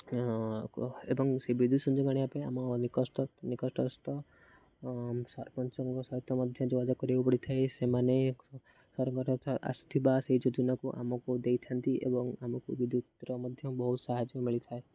ଏବଂ ସେ ବିଦ୍ୟୁତ୍ ସଂଯୋଗ ଆଣିବା ପାଇଁ ଆମ ନିକଟସ୍ଥ ସରପଞ୍ଚଙ୍କ ସହିତ ମଧ୍ୟ ଯୋଗାଯୋଗ କରିବାକୁ ପଡ଼ିଥାଏ ସେମାନେ ସରକାରଙ୍କ ଆସୁଥିବା ସେହି ଯୋଜନାକୁ ଆମକୁ ଦେଇଥାନ୍ତି ଏବଂ ଆମକୁ ବିଦ୍ୟୁତ୍ର ମଧ୍ୟ ବହୁତ ସାହାଯ୍ୟ ମିଳିଥାଏ